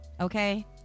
okay